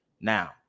Now